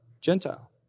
Gentile